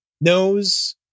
knows